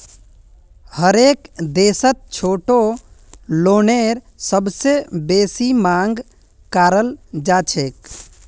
हरेक देशत छोटो लोनेर सबसे बेसी मांग कराल जाछेक